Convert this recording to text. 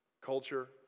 Culture